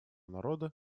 народа